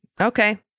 Okay